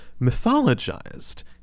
mythologized